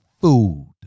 Food